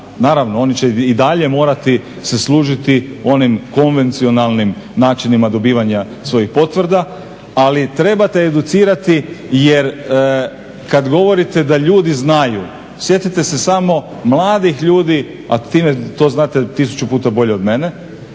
Naravno oni će i dalje morati se služiti onim konvencionalnim načinima dobivanja svojih potvrda, ali trebate educirati jer kad govorite da ljudi znaju, sjetite se samo mladih ljudi, a time to znate tisuću puta bolje od mene,